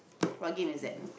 what game is that